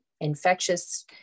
infectious